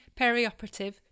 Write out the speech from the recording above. perioperative